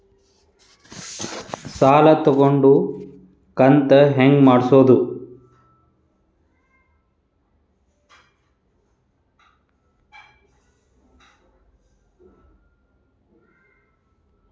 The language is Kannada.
ಸಾಲ ತಗೊಂಡು ಕಂತ ಹೆಂಗ್ ಮಾಡ್ಸೋದು?